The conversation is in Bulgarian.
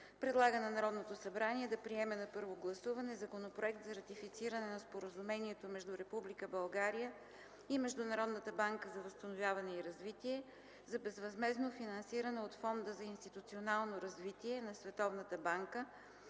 Предлага на Народното събрание да приеме на първо гласуване Законопроект за ратифициране на Споразумението между Република България и Международната банка за възстановяване и развитие за безвъзмездно финансиране от Фонда за институционално развитие на Световната банка